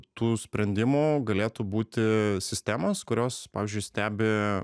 tų sprendimų galėtų būti sistemos kurios pavyzdžiui stebi